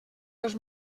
dels